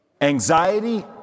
Anxiety